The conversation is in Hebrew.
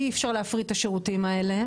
אי אפשר להפריט את השירותים האלה,